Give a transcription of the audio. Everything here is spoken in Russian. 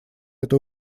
эту